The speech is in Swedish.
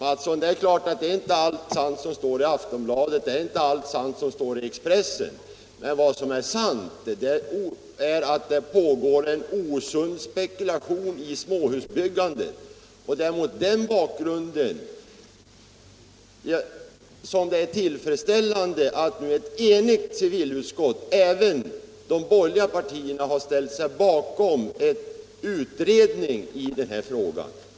Herr talman! Det är klart, herr Mattsson, att inte allt är sant som står i Aftonbladet. Allt som står i Expressen är inte heller sant. Men vad som är sant är att det pågår en osund spekulation i småhusbyggande. Det är mot den bakgrunden som det är tillfredsställande att nu ett enigt civilutskott — även de borgerliga partierna — har ställt sig bakom kravet på utredning i den här frågan.